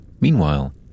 Meanwhile